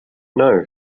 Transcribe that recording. know